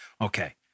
Okay